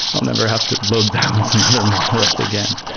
i'll never have to load balance another monolith again.